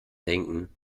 denken